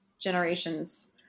generations